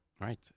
right